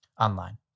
online